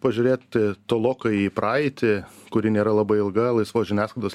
pažiūrėt tolokai į praeitį kuri nėra labai ilga laisvos žiniasklaidos